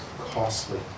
costly